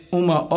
uma